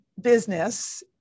business